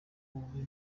bubi